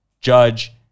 Judge